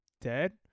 dead